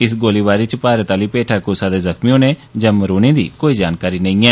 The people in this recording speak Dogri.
इस गोलीबारी च भारत आली मेठा कुसै दे जख़्मी होने या मरोने दी कोई जानकारी नेई ऐ